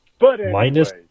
minus